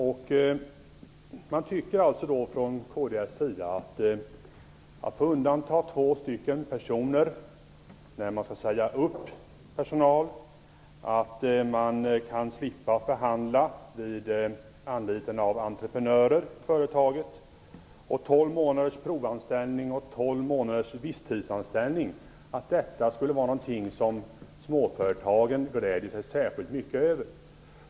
Kds tycker att möjligheten att undanta två personer när man skall säga upp personal, att slippa förhandla vid anlitande av entreprenörer i företaget, tolv månaders provanställning och tolv månaders visstidsanställning är någonting som småföretagen gläder sig särskilt mycket över.